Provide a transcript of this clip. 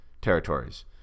territories